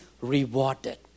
rewarded